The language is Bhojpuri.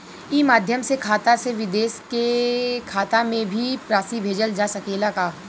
ई माध्यम से खाता से विदेश के खाता में भी राशि भेजल जा सकेला का?